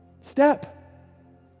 Step